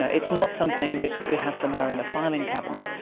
ah it's not something which we have somewhere in a filing cabinet.